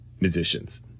musicians